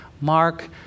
Mark